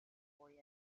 boy